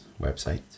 website